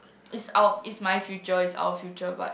it's our it's my future is our future but